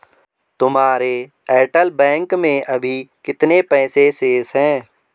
तुम्हारे एयरटेल बैंक में अभी कितने पैसे शेष हैं?